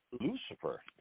Lucifer